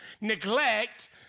neglect